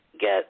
get